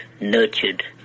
nurtured